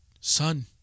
Son